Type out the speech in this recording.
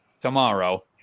tomorrow